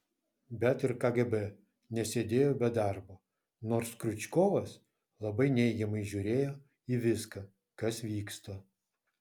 bet ir kgb nesėdėjo be darbo nors kriučkovas labai neigiamai žiūrėjo į viską kas vyksta